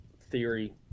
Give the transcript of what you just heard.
theory